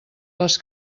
les